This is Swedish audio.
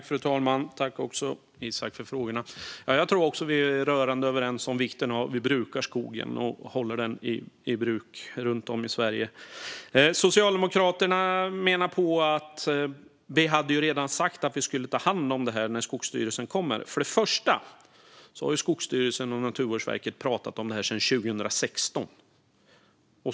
Fru talman! Jag tror också att vi är rörande överens om vikten av att hålla skogen i bruk runt om i Sverige. Socialdemokraterna menar att de redan hade sagt att de skulle ta hand om det här när Skogsstyrelsen kommer. Men Skogsstyrelsen och Naturvårdsverket har pratat om det här sedan 2016.